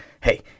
hey